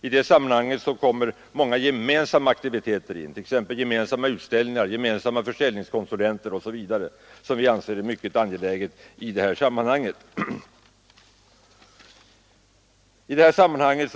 I det sammanhanget kommer många gemensamma aktiviteter in — gemensamma utställningar, gemensamma försäljningskonsulenter, osv. — och sådana satsningar anser vi vara mycket angelägna.